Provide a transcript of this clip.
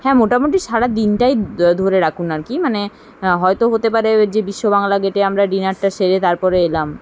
হ্যাঁ মোটামুটি সারা দিনটাই ধরে রাখুন আর কী মানে হয়তো হতে পারে ওই যে বিশ্ব বাংলা গেটে আমরা ডিনারটা সেরে তারপরে এলাম